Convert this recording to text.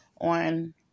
on